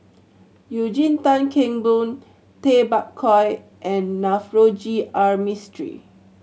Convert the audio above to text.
Eugene Tan Kheng Boon Tay Bak Koi and Navroji R Mistri